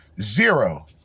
Zero